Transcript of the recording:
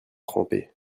trempé